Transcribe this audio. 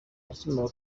akimara